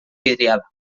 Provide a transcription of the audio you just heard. vidriada